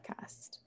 podcast